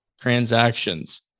transactions